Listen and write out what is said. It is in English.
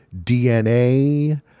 DNA